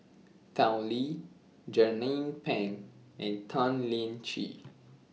Tao Li Jernnine Pang and Tan Lian Chye